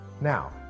Now